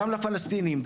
גם לפלסטינים,